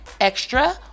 Extra